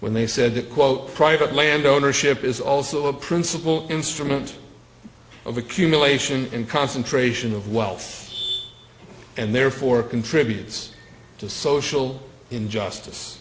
they said that quote private land ownership is also a principle instrument of accumulation and concentration of wealth and therefore contributes to social injustice